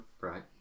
Right